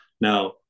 now